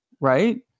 right